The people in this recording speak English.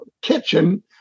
kitchen